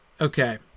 okay